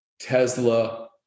Tesla